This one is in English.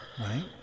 Right